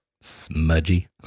smudgy